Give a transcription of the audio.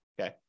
Okay